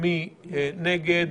מי נגד?